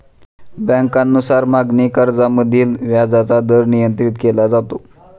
बँकांनुसार मागणी कर्जामधील व्याजाचा दर नियंत्रित केला जातो